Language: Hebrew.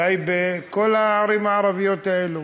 טייבה וכל הערים הערביות האלה.